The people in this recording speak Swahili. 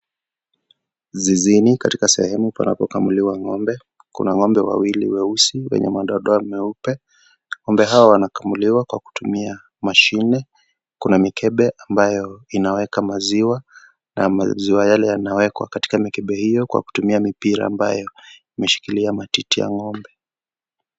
Zizini katika sehemu panapokamuliwa ng'ombe. Kuna ng'ombe wawili weusi wenye madoa doa meupe. Ng'ombe hawa wanakamuliwa kwa kutumia mashine. Kuna mikebe ambayo inaweka maziwa na maziwa yale yanawekwa kitaka mikebe hiyo kwa kutumia mipira ambayo imeshikilia matiti ya ng'ombe.